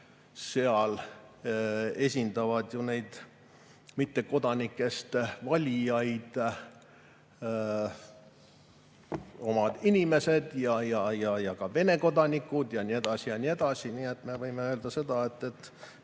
seal esindavad neid mittekodanikest valijaid oma inimesed, sealhulgas ka Vene kodanikud ja nii edasi, ja nii edasi. Nii et me võime öelda seda, et